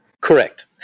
Correct